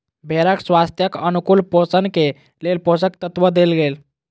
भेड़क स्वास्थ्यक अनुकूल पोषण के लेल पोषक तत्व देल गेल